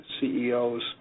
CEOs